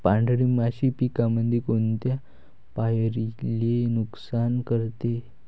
पांढरी माशी पिकामंदी कोनत्या पायरीले नुकसान करते?